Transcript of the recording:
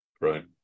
Right